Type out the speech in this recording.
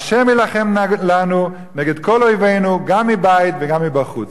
ה' יילחם לנו נגד כל אויבינו, גם מבית וגם מבחוץ.